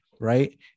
Right